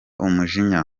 umujinya